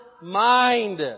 mind